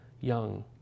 young